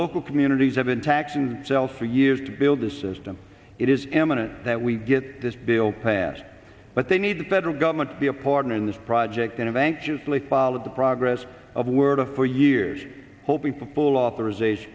local communities have been taxand cells for years to build the system it is imminent that we get this bill passed but they need the federal government to be a partner in this project and anxiously follow the progress of word of for years hoping to pull authorization